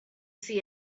see